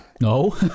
No